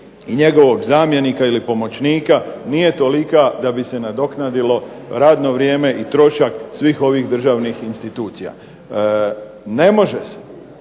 i njegovog zamjenika ili pomoćnika nije tolika da bi se nadoknadilo radno vrijeme i trošak svih ovih državnih institucija. Ne može se